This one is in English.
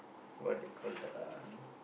what they call that um